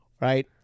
right